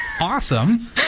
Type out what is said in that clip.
awesome